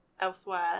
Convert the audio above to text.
elsewhere